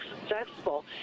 successful